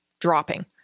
dropping